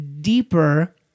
deeper